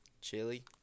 chili